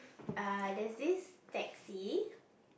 err there's this taxi